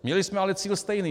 Měli jsme ale cíl stejný.